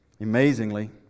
Amazingly